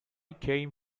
came